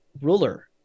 ruler